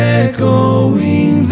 echoing